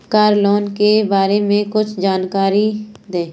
Car loan के बारे में कुछ जानकारी दें?